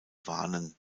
warnen